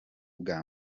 bwa